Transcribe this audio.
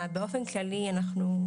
אבל באופן כללי אנחנו,